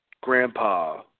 grandpa